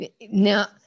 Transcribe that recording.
now